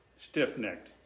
Stiff-necked